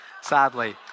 sadly